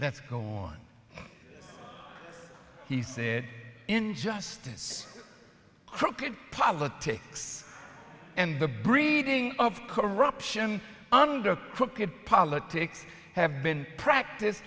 that's going on he said injustice crooked politics and the breeding of corruption under crooked politics have been practice